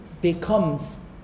becomes